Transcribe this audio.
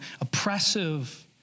oppressive